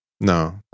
No